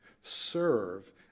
serve